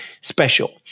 special